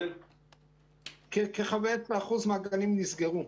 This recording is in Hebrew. כ-20% מהגנים נסגרו,